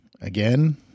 again